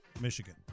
Michigan